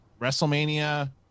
WrestleMania –